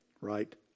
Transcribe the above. right